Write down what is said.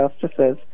justices